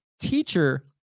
teacher